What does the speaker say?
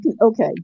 Okay